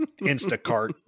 Instacart